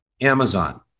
Amazon